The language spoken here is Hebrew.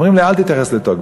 אומרים לי: אל תתייחס לטוקבקים,